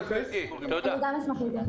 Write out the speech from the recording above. אם טעיתי בסעיף אז אני מתנצל.